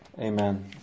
Amen